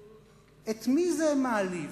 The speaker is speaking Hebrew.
את מי זה מעליב,